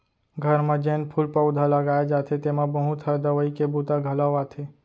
घर म जेन फूल पउधा लगाए जाथे तेमा बहुत ह दवई के बूता घलौ आथे